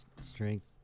strength